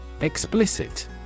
Explicit